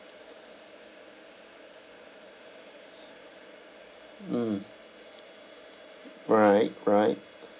mm right right